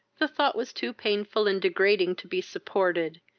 the thought was too painful and degrading to be supported,